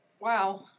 Wow